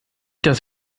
das